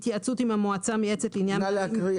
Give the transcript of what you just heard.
בהתייעצות עם המועצה המייעצת לעניין מנהלים